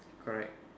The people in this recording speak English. correct